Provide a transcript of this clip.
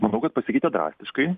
manau kad pasikeitė drastiškai